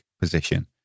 position